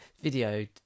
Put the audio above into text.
Video